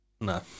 No